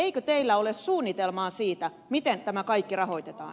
eikö teillä ole suunnitelmaa siitä miten tämä kaikki rahoitetaan